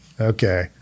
okay